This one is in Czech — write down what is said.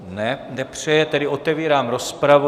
Ne, nepřeje, tedy otevírám rozpravu.